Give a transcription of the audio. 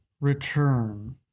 return